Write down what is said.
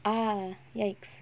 ah yikes